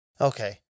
Okay